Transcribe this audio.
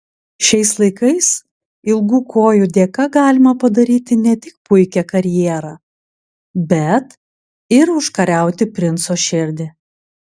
šiais laikais ilgų kojų dėka galima padaryti ne tik puikią karjerą bet ir užkariauti princo širdį